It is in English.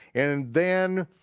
and then,